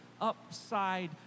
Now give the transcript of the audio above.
upside